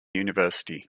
university